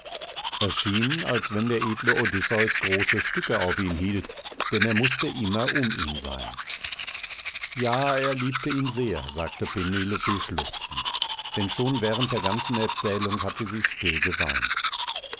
es schien als wenn der edle odysseus große stücke auf ihn hielt denn er mußte immer um ihn sein ja er liebte ihn sehr sagte penelope schluchzend denn schon während der ganzen erzählung hatte sie still geweint